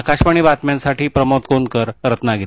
आकाशवाणीबातम्यांसाठी Pramod Konkar Ratnagiri